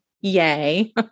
Yay